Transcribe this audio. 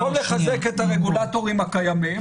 במקום לחזק את הרגולטורים הקיימים,